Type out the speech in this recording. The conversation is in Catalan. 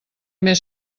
més